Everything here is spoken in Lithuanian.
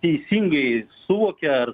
teisingai suvokia ar